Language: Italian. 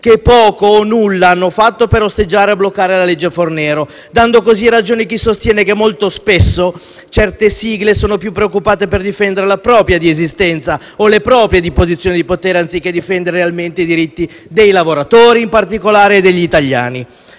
che poco o nulla hanno fatto per osteggiare o bloccare la legge Fornero, dando così ragione a chi sostiene che molto spesso certe sigle sono più preoccupate di difendere la propria esistenza o le proprie posizioni di potere, anziché difendere realmente i diritti dei lavoratori e in particolare degli italiani.